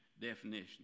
definition